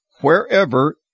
wherever